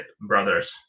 brothers